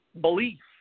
belief